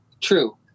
True